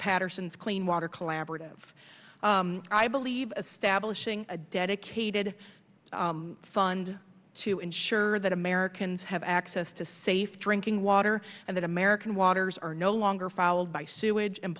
paterson's clean water collaborative i believe stablish ng a dedicated fund to ensure that americans have access to safe drinking water and that american waters are no longer followed by sewage and